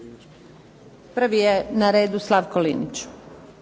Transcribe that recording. Prvi je na redu Slavko Linić.